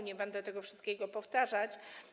Nie będę tego wszystkiego powtarzać.